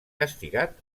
castigat